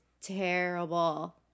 terrible